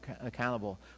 accountable